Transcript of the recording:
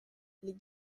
les